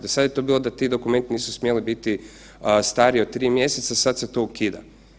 Do sada je bilo da ti dokumenti nisu smjeli biti stariji od 3 mjeseca, sad se to ukida.